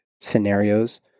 scenarios